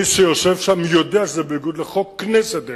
מי שיושב שם יודע שזה בניגוד לחוק, אגב,